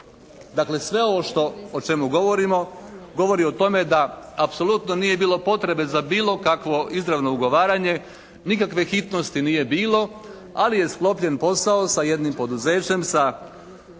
Dakle sve ovo o čemu govorimo govori o tome da apsolutno nije bilo potrebe za bilo kakvo izravno ugovaranje nikakve hitnosti nije bilo ali je sklopljen posao sa jednim poduzećem sa